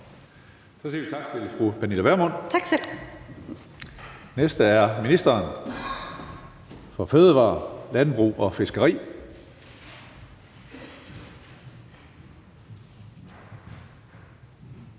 Så siger vi tak til fru Pernille Vermund. Den næste er ministeren for fødevarer, landbrug og fiskeri.